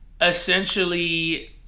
essentially